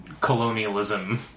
colonialism